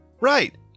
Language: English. right